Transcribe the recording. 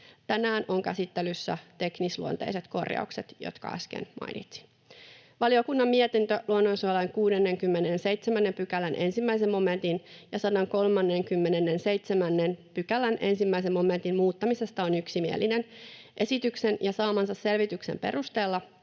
Tänään on käsittelyssä teknisluonteiset korjaukset, jotka äsken mainitsin. Valiokunnan mietintö luonnonsuojelulain 67 §:n 1 momentin ja 137 §:n 1 momentin muuttamisesta on yksimielinen. Esityksen ja saamansa selvityksen perusteella